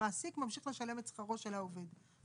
המעסיק ממשיך לשלם את שכרו של העובד,